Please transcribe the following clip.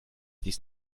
dies